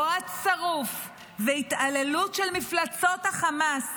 רוע צרוף והתעללות של מפלצות חמאס